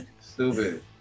Stupid